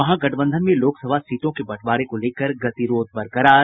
महागठबंधन में लोकसभा सीटों के बंटवारे को लेकर गतिरोध बरकरार